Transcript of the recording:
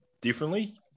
differently